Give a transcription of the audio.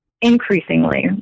increasingly